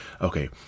okay